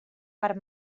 per